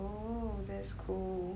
oh that's cool